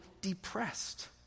depressed